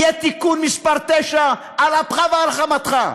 יהיה תיקון מס' 9 על אפך ועל חמתך,